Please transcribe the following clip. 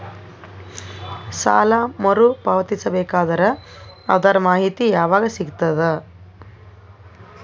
ಸಾಲ ಮರು ಪಾವತಿಸಬೇಕಾದರ ಅದರ್ ಮಾಹಿತಿ ಯವಾಗ ಸಿಗತದ?